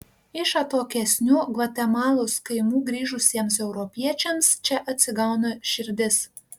iš atokesnių gvatemalos kaimų grįžusiems europiečiams čia atsigauna širdis